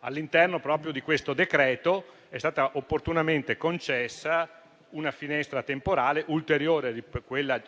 All'interno di questo decreto è stata opportunamente concessa una finestra temporale, ulteriore a quella